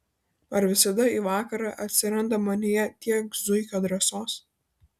ar visada į vakarą atsiranda manyje tiek zuikio drąsos